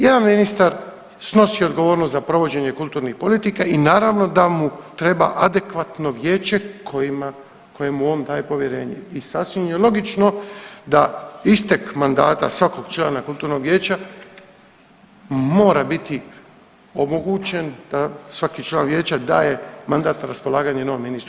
Jedan ministar snosi odgovornost za provođenje kulturnih politika i naravno da mu treba adekvatno vijeće koje mu on daje povjerenje i sasvim je logično da istek mandata svakog člana kulturnog vijeća mora biti omogućen da svaki član vijeća daje mandat na raspolaganje novom ministru.